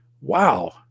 Wow